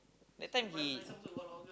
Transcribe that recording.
that time he